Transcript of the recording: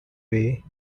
way